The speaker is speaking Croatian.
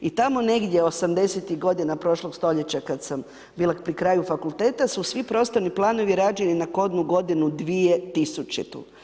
I tamo negdje 80-tih godina prošlog stoljeća kad sam bila pri kraju fakulteta su svi prostorni planovi rađeni na kodnu godinu 2000.